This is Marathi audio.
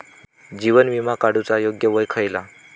जीवन विमा काडूचा योग्य वय खयला?